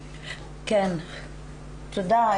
כן, תודה.